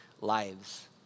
lives